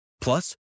Plus